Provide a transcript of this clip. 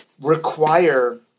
require